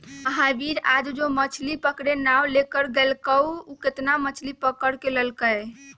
महावीर आज जो मछ्ली पकड़े ला नाव लेकर गय लय हल ऊ कितना मछ्ली पकड़ कर लल कय?